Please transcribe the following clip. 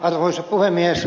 arvoisa puhemies